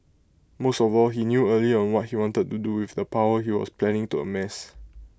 most of all he knew early on what he wanted to do with the power he was planning to amass